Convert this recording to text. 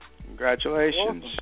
Congratulations